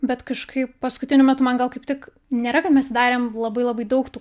bet kažkaip paskutiniu metu man gal kaip tik nėra kad mes darėm labai labai daug tų